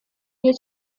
nie